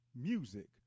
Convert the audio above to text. music